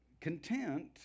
content